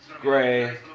gray